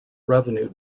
revenue